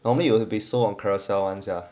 normally you will be sold on carousell sia